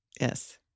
Yes